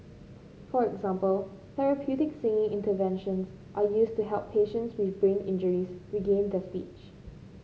for example therapeutic singing interventions are used to help patients with brain injuries regain their speech